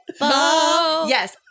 Yes